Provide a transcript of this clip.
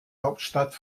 hauptstadt